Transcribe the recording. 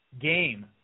game